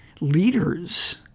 leaders